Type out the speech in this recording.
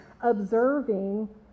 observing